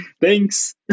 Thanks